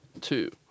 two